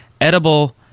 edible